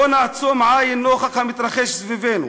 לא נעצום עין נוכח המתרחש סביבנו